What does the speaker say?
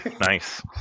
nice